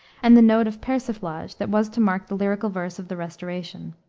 and the note of persiflage that was to mark the lyrical verse of the restoration.